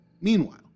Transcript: Meanwhile